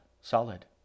solid